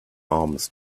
arms